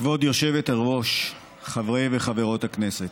כבוד היושבת-ראש, חברי וחברות הכנסת,